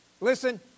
listen